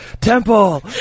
temple